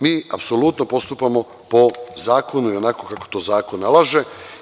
Mi apsolutno postupamo po zakonu i onako kako to zakon nalaže.